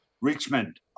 Richmond